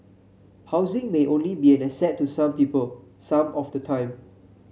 housing may only be an asset to some people some of the time